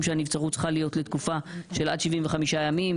שהנבצרות צריכה להיות לתקופה של עד 75 ימים,